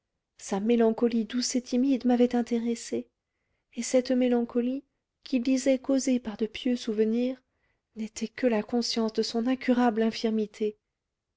sa mélancolie douce et timide m'avait intéressée et cette mélancolie qu'il disait causée par de pieux souvenirs n'était que la conscience de son incurable infirmité